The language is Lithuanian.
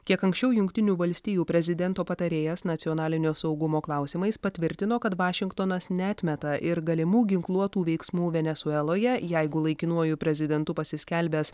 kiek anksčiau jungtinių valstijų prezidento patarėjas nacionalinio saugumo klausimais patvirtino kad vašingtonas neatmeta ir galimų ginkluotų veiksmų venesueloje jeigu laikinuoju prezidentu pasiskelbęs